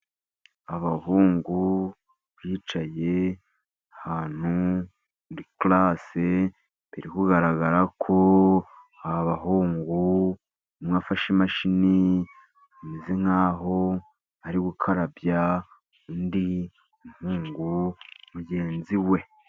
Abahungu bicaye ahantu muri karase, biri kugaragara ko aba bahungu umwe afashe imashini, ameze nk'aho ari gukarabya undi muhungu mugenzi we.